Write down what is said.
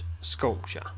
sculpture